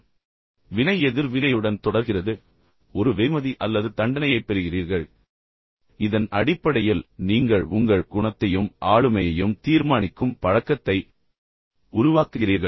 பின்னர் நீங்கள் அதற்கு கொடுக்கும் வினை எதிர்வினையுடன் தொடர்கிறது பின்னர் நீங்கள் ஒரு வெகுமதி அல்லது தண்டனையைப் பெறுகிறீர்கள் இதன் அடிப்படையில் நீங்கள் உங்கள் குணத்தையும் ஆளுமையையும் தீர்மானிக்கும் பழக்கத்தை உருவாக்குகிறீர்கள்